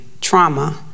trauma